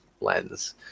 lens